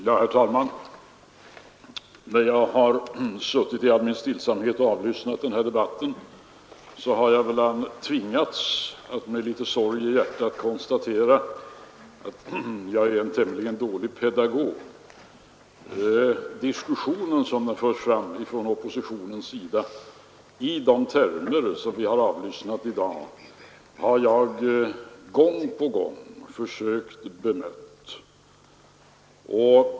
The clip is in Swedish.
Herr talman! När jag har suttit och i all stillsamhet avlyssnat denna debatt har jag tvingats att med sorg i hjärtat konstatera, att jag är en tämligen dålig pedagog. Diskussionen som den förs från oppositionens sida och i de termer som vi har avlyssnat i dag har jag gång på gång försökt bemöta.